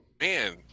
Man